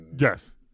Yes